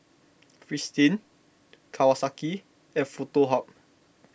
Fristine Kawasaki and Foto Hub